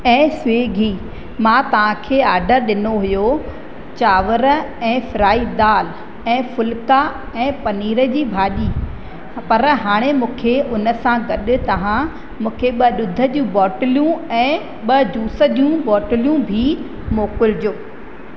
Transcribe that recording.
ऐं स्विगी मां तव्हां खे ऑडर ॾिनो हुयो चांवर ऐं फ्राई दाल ऐं फुल्का ऐं पनीर जी भाॼी पर हाणे मूंखे उन सां गॾु तव्हां मूंखे ॿ ॾुध जूं बोटलियूं ऐं ॿ जूस जूं बोटलियूं बि मोकिलिजो